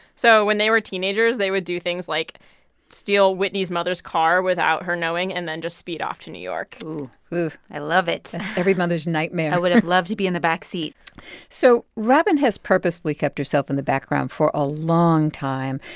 so when they were teenagers, they would do things like steal whitney's mother's car without her knowing and then just speed off to new york ooh ooh, i love it every mother's nightmare i would've loved to be in the backseat so robyn has purposely kept herself in the background for a long time,